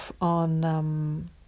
on